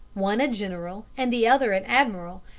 one a general and the other an admiral,